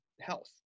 health